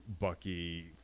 Bucky